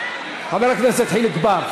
חבר הכנסת חיליק בר.